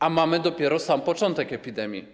A mamy dopiero sam początek epidemii.